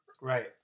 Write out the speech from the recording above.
Right